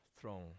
throne